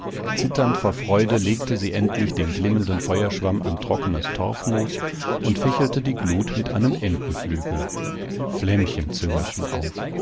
zitternd vor freude legte sie endlich den glimmenden feuerschwamm an trockenes torfmoos und fächelte die glut mit einem entenflügel flämmchen züngelten auf